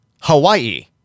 Hawaii